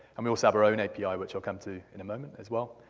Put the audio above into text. and we also have our own api, which i'll come to in a moment as well.